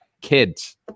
kids